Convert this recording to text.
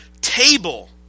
table